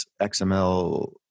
XML